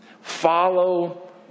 follow